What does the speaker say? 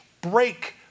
break